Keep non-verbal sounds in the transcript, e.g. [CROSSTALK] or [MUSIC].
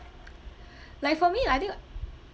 [NOISE] like for me like I think